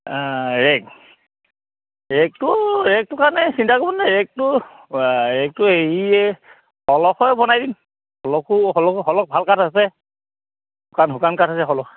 ৰেগ ৰেগটো ৰেগটো কাৰণে চিন্তা কৰিব নালাগে ৰেগটো ৰেগটো হেৰিয়ে শলখৰে বনাই দিম শলখো শলখ শলখ ভাল কাঠ আছে শুকান শুকান কাঠ আছে শলখ